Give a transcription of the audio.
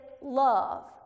love